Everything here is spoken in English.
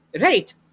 Right